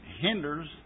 hinders